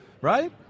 right